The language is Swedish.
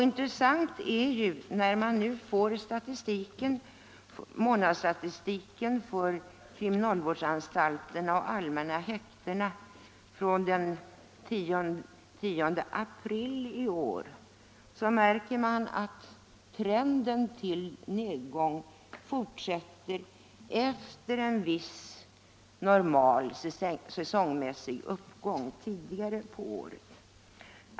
I månadsstatistiken för kriminalvårdsanstalterna och de allmänna häktena av den 10 april i år är det intressant att se att trenden till nedgång fortsätter efter en viss normal säsongmässig uppgång tidigare under året.